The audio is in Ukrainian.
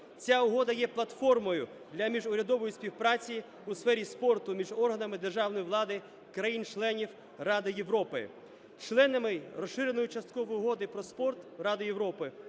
Ця угода є платформою для міжурядової співпраці у сфері спорту між органами державної влади країн-членів Ради Європи. Членами Розширеної часткової угоди про спорт Ради Європи